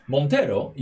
Montero